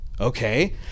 Okay